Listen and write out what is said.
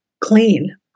clean